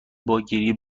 باگریه